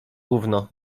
gówno